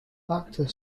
actor